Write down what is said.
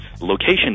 location